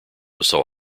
saw